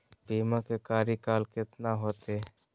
बीमा के कार्यकाल कितना होते?